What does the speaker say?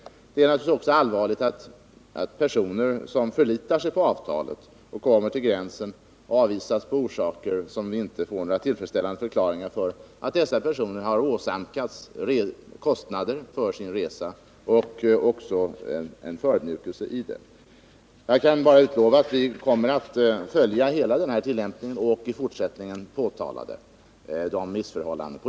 Det är självfallet också allvarligt att personer som förlitar sig på avtalet men vid gränsen avvisas av orsaker som vi inte får några tillfredsställande förklaringar till har åsamkats dels kostnader för sin resa, dels en förödmjukelse. Jag kan bara utlova att vi kommer att följa hela tillämpningen av avtalet och i fortsättningen påtala missförhållanden.